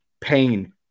pain